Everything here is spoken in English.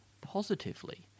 positively